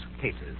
cases